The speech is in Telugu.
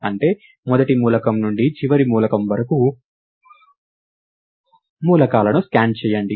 అంటే మొదటి మూలకం నుండి చివరి మూలకం వరకు మూలకాలను స్కాన్ చేయండి